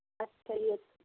ਅੱਛਾ ਜੀ ਅੱਛਾ